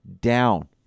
down